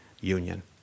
Union